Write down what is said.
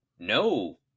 No